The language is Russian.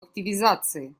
активизации